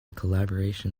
collaboration